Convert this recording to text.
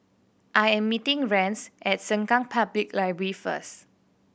I am meeting Rance at Sengkang Public Library first